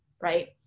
right